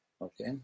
Okay